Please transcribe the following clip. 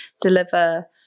deliver